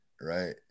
right